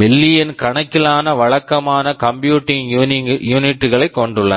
million million கணக்கிலான வழக்கமான computing unit computing unit களை கொண்டுள்ளன